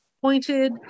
pointed